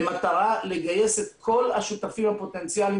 במטרה לגייס את כל השותפים הפוטנציאליים